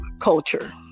culture